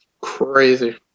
Crazy